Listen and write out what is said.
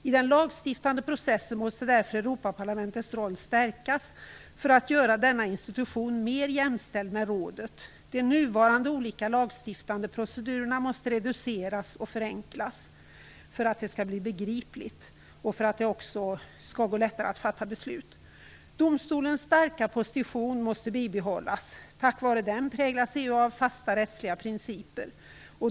I den lagstiftande processen måste därför Europaparlamentets roll stärkas för att göra denna institution mer jämställd med rådet. De nuvarande olika lagstiftande procedurerna måste reduceras och förenklas för att saker och ting skall bli begripliga, och för att det skall gå lättare att fatta beslut. Domstolens starka position måste bibehållas. Tack vare den präglas EU av fasta rättsliga principer.